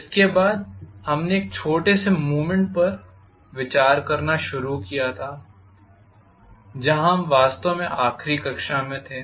इसके बाद हमने एक छोटे से मूवमेंट पर विचार करना शुरू किया जहां हम वास्तव में आखिरी कक्षा में थे